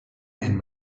and